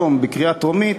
היום בקריאה טרומית,